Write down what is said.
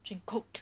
drink coke